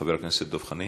חבר הכנסת דב חנין.